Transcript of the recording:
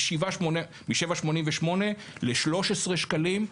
מ-7.88 ל-13 שקלים,